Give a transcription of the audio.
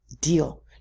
deal